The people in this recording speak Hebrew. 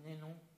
איננו,